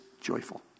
joyful